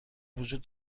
وجود